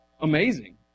amazing